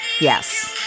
Yes